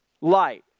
light